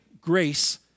grace